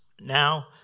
Now